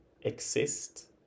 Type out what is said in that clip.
exist